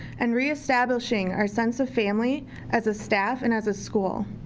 and re-establishing our sense of family as a staff and as a school.